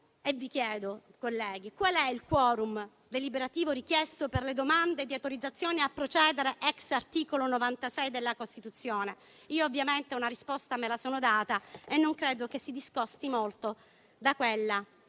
Vi chiedo, colleghi, qual è il *quorum* deliberativo richiesto per le domande di autorizzazione a procedere *ex* articolo 96 della Costituzione? Io ovviamente una risposta me la sono data e non credo che si discosti molto da quella